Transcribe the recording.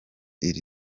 iri